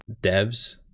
devs